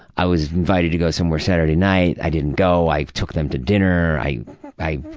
i was invited to go somewhere saturday night, i didn't go, i took them to dinner. i i